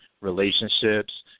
relationships